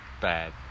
bad